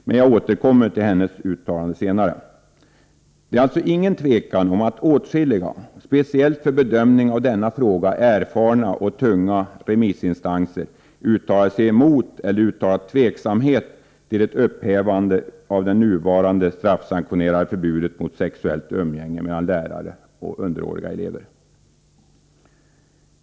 Men jag återkommer till hennes uttalande senare. Det råder alltså ingen tvekan om att åtskilliga — speciellt för bedömning av denna fråga erfarna och tunga — remissinstanser uttalat sig emot eller uttalat tveksamhet till ett upphävande av det nuvarande straffsanktionerade förbudet mot sexuellt umgänge mellan lärare och minderårig elev.